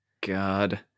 God